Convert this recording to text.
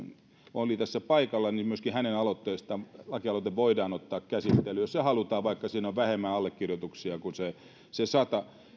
oli tässä paikalla niin myöskin hänen aloitteestaan lakialoite voidaan ottaa käsittelyyn jos se halutaan vaikka siinä on vähemmän allekirjoituksia kuin se se sata